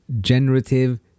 generative